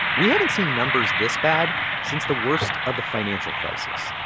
we haven't seen numbers this bad since the worst of the financial crisis.